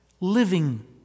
living